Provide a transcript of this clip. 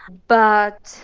but,